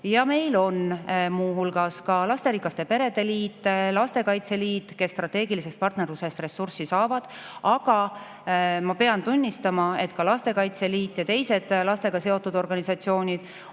Meil on muu hulgas ka Eesti Lasterikaste Perede Liit ja Lastekaitse Liit, kes strateegilisest partnerlusest ressurssi saavad. Aga ma pean tunnistama, et Lastekaitse Liit ja teised lastega seotud organisatsioonid